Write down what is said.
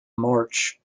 march